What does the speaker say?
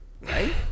Right